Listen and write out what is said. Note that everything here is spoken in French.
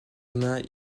main